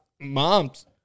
moms